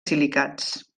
silicats